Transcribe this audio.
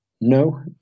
no